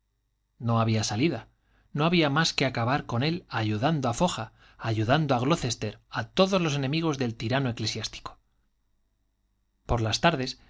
no había salida no había más que acabar con él ayudando a foja ayudando a glocester a todos los enemigos del tirano eclesiástico por las tardes